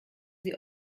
sie